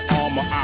armor